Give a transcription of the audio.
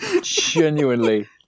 Genuinely